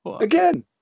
Again